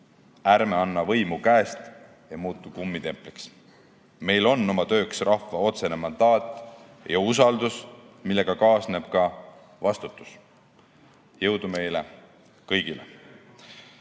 Ärme anna võimu käest ega muutu kummitempliks. Meil on oma tööks rahva otsene mandaat ja usaldus, millega kaasneb ka vastutus. Jõudu meile kõigile,